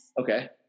Okay